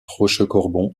rochecorbon